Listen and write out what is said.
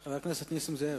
חבר הכנסת נסים זאב.